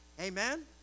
Amen